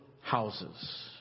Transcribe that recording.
houses